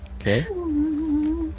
Okay